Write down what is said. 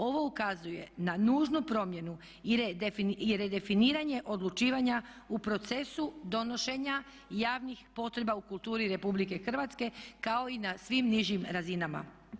Ovo ukazuje na nužnu promjenu i redefiniranje odlučivanja u procesu donošenja javnih potreba u kulturi RH kao i na svim nižim razinama.